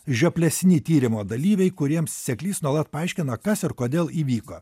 žioplesni tyrimo dalyviai kuriems seklys nuolat paaiškina kas ir kodėl įvyko